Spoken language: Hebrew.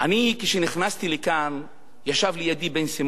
כאשר נכנסתי לכאן ישב לידי בן-סימון.